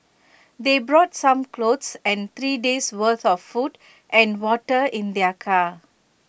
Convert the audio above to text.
they brought some clothes and three days' worth of food and water in their car